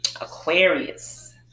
Aquarius